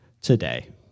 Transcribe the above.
today